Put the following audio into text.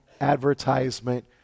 advertisement